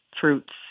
fruits